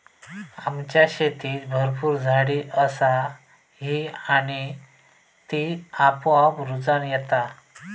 आमच्या शेतीत भरपूर झाडी असा ही आणि ती आपोआप रुजान येता